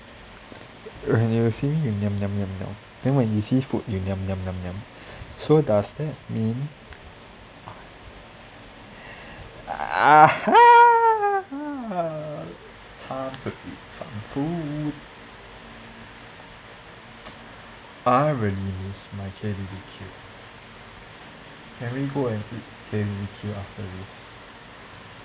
when you see me you niam niam niam niam then when you see food you niam niam niam niam so does that mean ah ha time to eat some food I really miss my K_B_B_Q can we go and eat K_B_B_Q after this